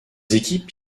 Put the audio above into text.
équipes